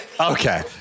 Okay